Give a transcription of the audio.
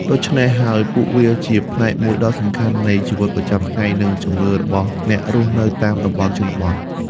ដូច្នេះហើយ ពួកវាជាផ្នែកមួយដ៏សំខាន់នៃជីវិតប្រចាំថ្ងៃ និងជំនឿរបស់អ្នករស់នៅតាមតំបន់ជនបទ។